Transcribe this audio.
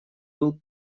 был